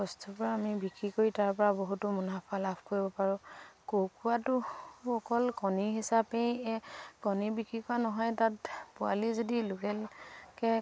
বস্তুৰপৰা আমি বিক্ৰী কৰি তাৰপৰা বহুতো মনাফা লাভ কৰিব পাৰোঁ কুকুৰাটো অকল কণী হিচাপেই কণী বিক্ৰী কৰা নহয়ে তাত পোৱালি যদি লোকেলকৈ